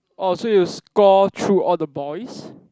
orh so you score through all the boys